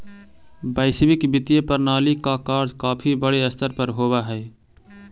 वैश्विक वित्तीय प्रणाली का कार्य काफी बड़े स्तर पर होवअ हई